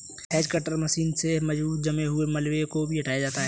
hedge cutter machine से मजबूत जमे हुए मलबे को भी हटाया जाता है